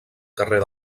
carrer